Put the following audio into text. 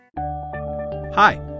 Hi